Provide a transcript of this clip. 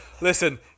listen